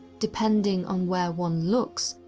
depending on where one looks,